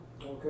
Okay